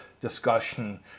discussion